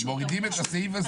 אז מורידים את הסעיף הזה.